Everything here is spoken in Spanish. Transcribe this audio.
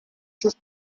sus